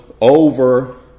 over